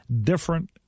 different